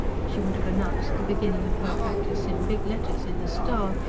she would have announced the beginning of her practice in big letters in the star,